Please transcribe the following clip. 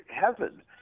heaven